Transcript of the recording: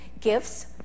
gifts